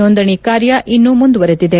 ನೋಂದಣಿಕಾರ್ಯ ಇನ್ನೂ ಮುಂದುವರೆದಿದೆ